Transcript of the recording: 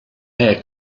air